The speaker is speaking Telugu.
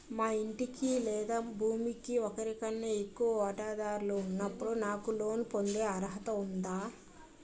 మా ఇంటికి లేదా భూమికి ఒకరికన్నా ఎక్కువ వాటాదారులు ఉన్నప్పుడు నాకు లోన్ పొందే అర్హత ఉందా?